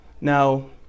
now